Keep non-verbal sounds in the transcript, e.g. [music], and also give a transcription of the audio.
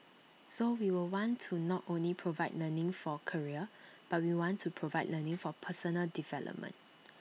so we will [noise] want to not only provide learning for career but we want to provide [noise] learning for personal development